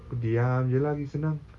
aku diam jer lah lagi senang